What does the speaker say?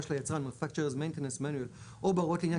של היצרן (Manufacturer's maintenance manual) או בהוראות לעניין